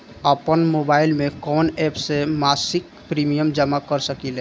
आपनमोबाइल में कवन एप से मासिक प्रिमियम जमा कर सकिले?